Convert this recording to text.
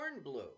Cornblue